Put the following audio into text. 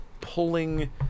pulling